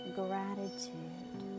gratitude